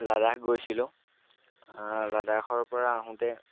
লাদাখ গৈছিলোঁ লাদাখৰপৰা আহোঁতে